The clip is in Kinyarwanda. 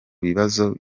kibazo